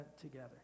together